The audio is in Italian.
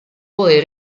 poi